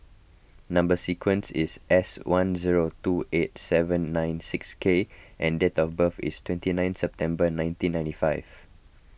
Number Sequence is S one zero two eight seven nine six K and date of birth is twenty nine September nineteen ninety five